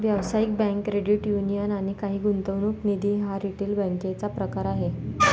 व्यावसायिक bank, credit union आणि काही गुंतवणूक निधी हा रिटेल बँकेचा प्रकार आहे